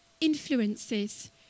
influences